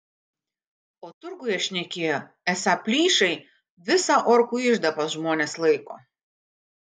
o turguje šnekėjo esą plyšai visą orkų iždą pas žmones laiko